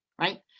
right